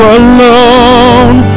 alone